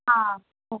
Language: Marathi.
हा हो